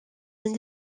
une